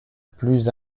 plus